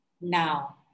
now